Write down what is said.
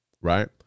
right